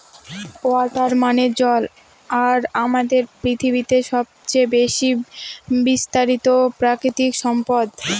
water মানে জল আর আমাদের পৃথিবীতে সবচেয়ে বেশি বিস্তারিত প্রাকৃতিক সম্পদ